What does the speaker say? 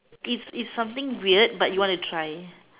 it's it's something weird but you want to try